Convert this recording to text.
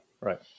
right